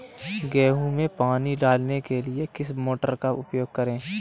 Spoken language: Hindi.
गेहूँ में पानी डालने के लिए किस मोटर का उपयोग करें?